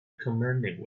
commanding